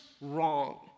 wrong